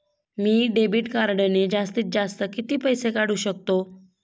मी debit कार्डने जास्तीत जास्त किती पैसे काढू शकतो?